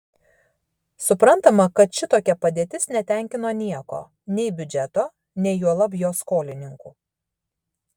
suprantama kad šitokia padėtis netenkino nieko nei biudžeto nei juolab jo skolininkų